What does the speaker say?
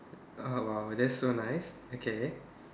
uh !wow! that's so nice okay